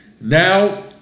now